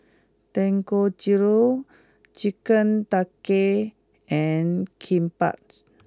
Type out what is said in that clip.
Dangojiru Chicken Tikka and Kimbap